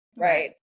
right